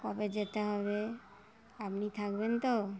কবে যেতে হবে আপনি থাকবেন তো